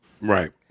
Right